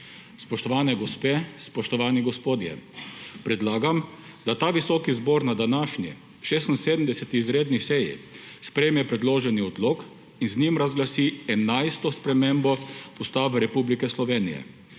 Spoštovane gospe in spoštovani gospodje, predlagam, da ta visoki zbor na današnji 76. izredni seji sprejme predloženi odlok in z njim razglasi enajsto spremembo Ustave Republike Slovenije.